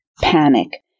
panic